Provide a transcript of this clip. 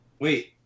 Wait